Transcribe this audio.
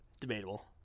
Debatable